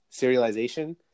serialization